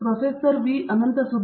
professor pro